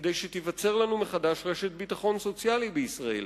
כדי שתיווצר לנו מחדש רשת ביטחון סוציאלי בישראל.